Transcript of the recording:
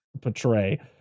portray